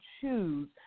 choose